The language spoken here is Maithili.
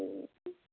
ठीक हइ